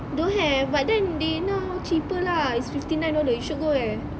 don't have but then they now cheaper lah it's fifty nine dollar you should go eh